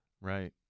Right